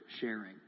sharing